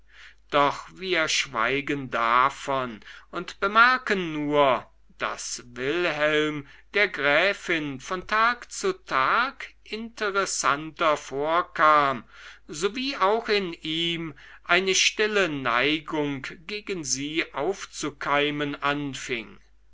doch wir schweigen davon und bemerken nur daß wilhelm der gräfin von tag zu tag interessanter vorkam so wie auch in ihm eine stille neigung gegen sie aufzukeimen anfing